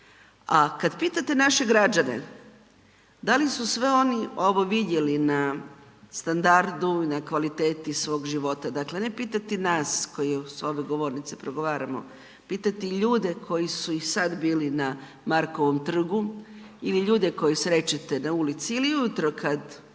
a kad pitate naše građane da li su sve oni ovo vidjeli na standardu, na kvaliteti svog života, dakle ne pitati nas koji s ove govornice progovaramo, pitati ljude koji su i sad bili na Markovom trgu ili ljude koje srećete na ulici ili ujutro kad